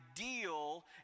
ideal